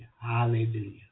Hallelujah